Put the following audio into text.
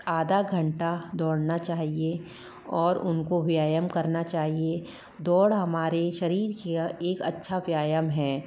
आधा घंटा दौड़ना चाहिए और उनको व्यायाम करना चाहिए दौड़ हमारे शरीर के लिए एक अच्छा व्यायाम है